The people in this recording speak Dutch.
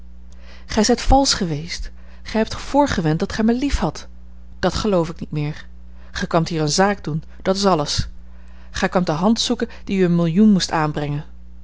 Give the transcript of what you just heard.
gij zijt valsch geweest gij hebt voorgewend dat gij mij liefhadt dat geloof ik niet meer gij kwaamt hier een zaak doen dat is alles gij kwaamt de hand zoeken die u een millioen moest aanbrengen